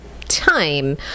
time